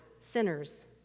sinners